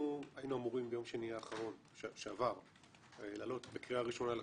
אנחנו היינו אמורים ביום שני שעבר להעלות בקריאה שנייה את